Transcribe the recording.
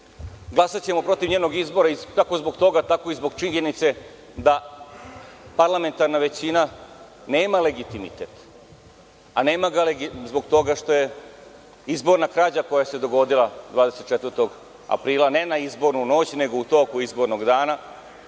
Glasaćemo protiv njenog izbora kako zbog toga, tako i zbog činjenice da parlamentarna većina nema legitimitet, a nema ga zbog toga što je izborna krađa koja se dogodila 24. aprila, ne na izbornu noć, nego u toku izbornog dana,